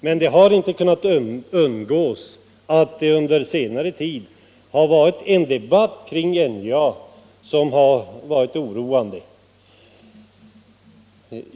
Men man har inte kunnat undgå att notera att det under senare tid har förts en debatt om NJA, som kunnat verka oroande.